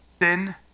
sin